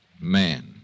man